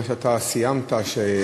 מה שסיימת בו,